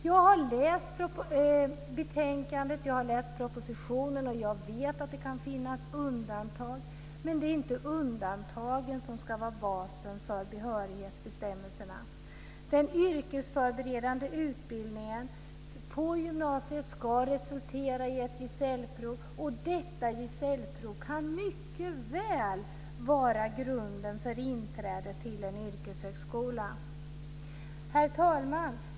Jag har läst betänkandet och propositionen, och jag vet att det kan finnas undantag. Men det är inte undantagen som ska vara basen för behörighetsbestämmelserna. Den yrkesförberedande utbildningen på gymnasiet ska resultera i ett gesällprov. Detta gesällprov kan mycket väl vara grunden för inträde till en yrkeshögskola. Herr talman!